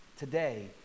Today